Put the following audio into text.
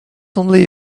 only